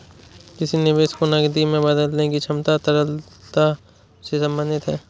किसी निवेश को नकदी में बदलने की क्षमता तरलता से संबंधित है